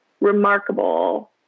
remarkable